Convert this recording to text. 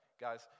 Guys